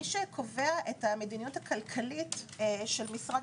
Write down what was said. מי שקובע את המדיניות הכלכלית של משרד